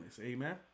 Amen